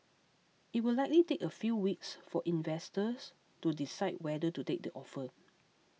it will likely take a few weeks for investors to decide whether to take the offer